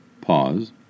pause